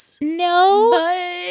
No